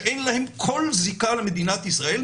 בחוץ לארץ לוקחים שנים.